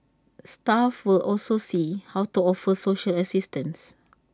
staff will also see how to offer social assistance